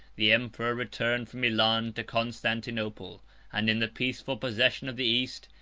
the emperor returned from milan to constantinople and, in the peaceful possession of the east,